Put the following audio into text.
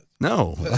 No